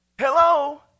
Hello